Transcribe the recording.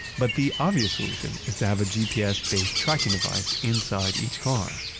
but the obvious solution is to have a gps-based tracking device inside each car,